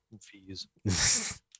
fees